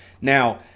Now